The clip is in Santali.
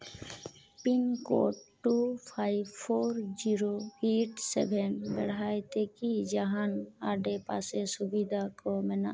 pin code two five four zero eight seven ᱵᱮᱲᱦᱟᱭᱛᱮ ᱠᱤ ᱡᱟᱦᱟᱱ ᱟᱰᱮᱯᱟᱥᱮ ᱥᱩᱵᱤᱫᱟ ᱠᱚ ᱢᱮᱱᱟᱜ